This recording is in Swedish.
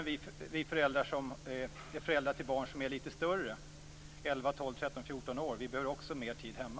Även vi föräldrar till barn som är litet större, 11-14 år, behöver mer tid hemma.